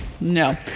no